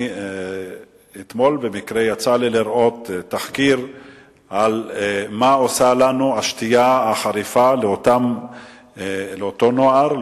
במקרה אתמול יצא לי לראות תחקיר מה עושה השתייה החריפה לאותו נוער,